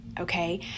okay